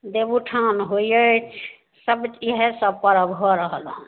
देवउठान होइ अछि सब टी इएहसब पर्व भऽ रहल हँ